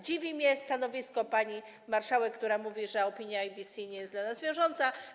Dziwi mnie stanowisko pani marszałek, która mówi, że opinia EBC nie jest dla nas wiążąca.